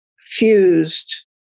fused